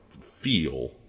feel